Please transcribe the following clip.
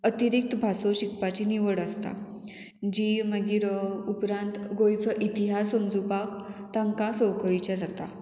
अतिरिक्त भासो शिकपाची निवड आसता जी मागीर उपरांत गोंयचो इतिहास समजुपाक तांकां सवकळीचें जाता